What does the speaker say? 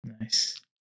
Nice